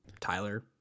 tyler